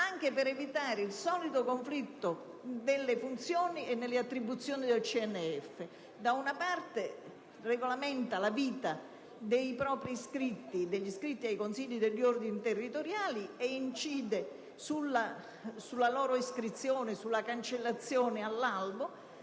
anche per evitare il solito conflitto nelle funzioni e nelle attribuzioni del CNF, che da una parte regolamenta la vita degli iscritti ai consigli degli ordini territoriali e incide sulla loro iscrizione e cancellazione all'albo